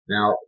Now